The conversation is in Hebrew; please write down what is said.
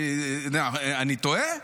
אני טועה?